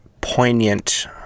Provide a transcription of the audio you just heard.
poignant